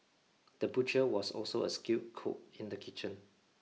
the butcher was also a skilled cook in the kitchen